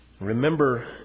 Remember